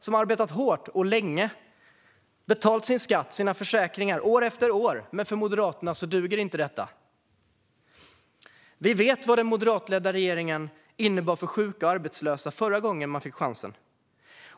De har arbetat hårt och länge och betalat sin skatt och sina försäkringar, år efter år, men för Moderaterna duger inte detta. Vi vet vad det innebar för sjuka och arbetslösa förra gången en moderatledd regering fick chansen.